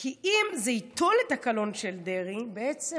כי אם זה ייטול את הקלון של דרעי, בעצם